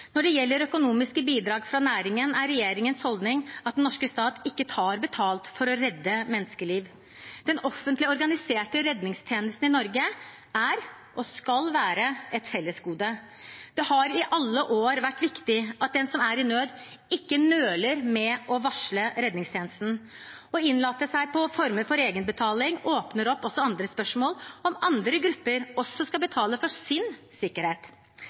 Når det gjelder økonomiske bidrag fra næringen, er regjeringens holdning at den norske stat ikke tar betalt for å redde menneskeliv. Den offentlig organiserte redningstjenesten i Norge er og skal være et fellesgode. Det har i alle år vært viktig at den som er i nød, ikke nøler med å varsle redningstjenesten. Å innlate seg på former for egenbetaling åpner også for andre spørsmål – om andre grupper også skal betale for sin sikkerhet.